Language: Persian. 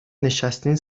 نشستین